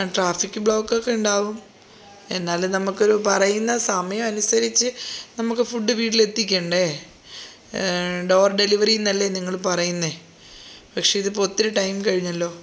traffic block ഒക്കെ ഉണ്ടാവും എന്നാലും നമുക്കൊരു പറയുന്ന സമയം അനുസരിച്ച് നമുക്ക് ഫുഡ് വീട്ടിൽ എത്തിക്കേണ്ടേ ഡോർ ഡെലിവറി എന്നല്ലേ നിങ്ങൾ പറയുന്നത് പക്ഷേ ഇതിപ്പോൾ ഒത്തിരി ടൈം കഴിഞ്ഞല്ലോ